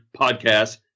Podcast